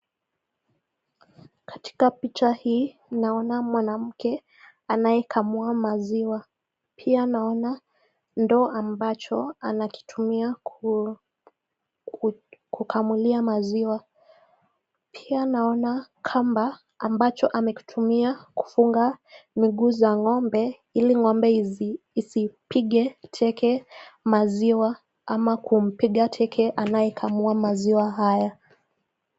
Katika picha hii, naona mwanamke anayekamua maziwa. Pia naona ndoo ambacho anakitumia kukamulia maziwa. Pia naona kamba ambacho amekitumia kufunga miguu za ngombe ili ngombe isipige teke maziwa ama kumpiga teke anayekamua maziwa haya.